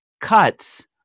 cuts